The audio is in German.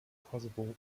kosovo